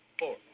four